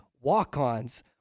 walk-ons